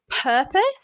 purpose